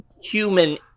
human